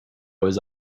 was